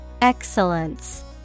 excellence